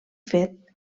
fet